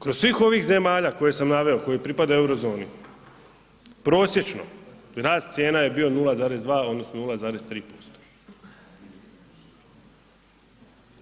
Kroz svih ovih zemalja koje sam naveo, koje pripadaju Eurozoni, prosječno rast cijena je bio 0,2 odnosno 0,3%